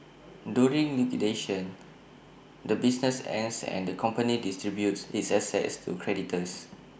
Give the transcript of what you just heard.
during liquidation the business ends and the company distributes its assets to creditors